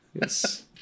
Yes